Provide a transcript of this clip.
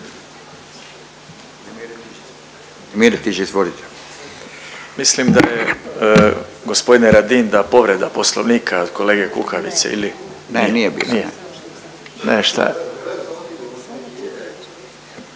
Mislim da je gospodine Radin, da povreda Poslovnika od kolege Kukavice. …/Upadica Radin: Ne, nije bila. Ne, šta.